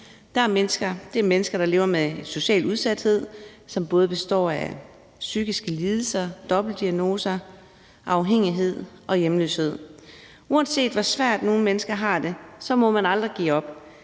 Det er mennesker, der lever med social udsathed, som både består af psykiske lidelser, dobbeltdiagnoser, afhængighed og hjemløshed. Uanset hvor svært nogle mennesker har det, må man aldrig give op.